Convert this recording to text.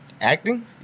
Acting